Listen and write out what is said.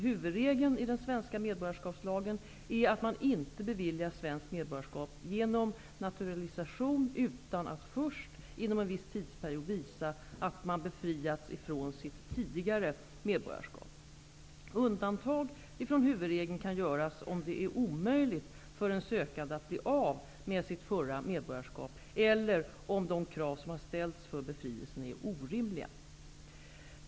Huvudregeln i den svenska medborgarskapslagen är att man inte beviljas svenskt medborgarskap genom naturalisation utan att först, inom en viss tidsperiod, visa att man befriats från sitt tidigare medborgarskap. Undantag från huvudregeln kan göras om det är omöjligt för den sökande att bli av med sitt förra medborgarskap eller om de krav som ställs för befrielse är orimliga.